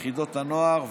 ליחידות הנוער,